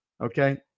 Okay